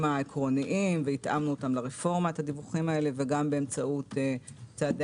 העקרוניים והתאמנו אותם לרפורמה וגם באמצעות צעדי